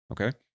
Okay